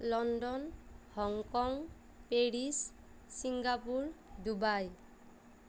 London Hong Kong Paris Singapore Dubai